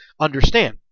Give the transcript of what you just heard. understand